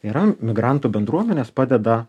yra migrantų bendruomenės padeda